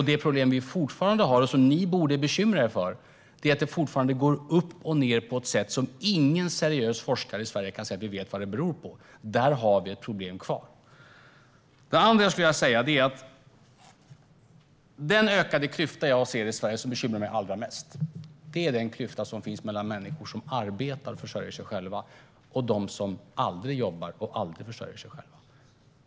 Det problem som vi fortfarande har och som ni borde bekymra er över är att det fortfarande går upp och ned på ett sätt som ingen seriös forskare i Sverige kan säga att man vet vad det beror på. Där har vi ett problem kvar. Det andra jag skulle vilja säga är att den ökade klyfta som jag ser i Sverige och som bekymrar mig allra mest är klyftan mellan människor som arbetar och försörjer sig själva och de som aldrig jobbar och aldrig försörjer sig själva.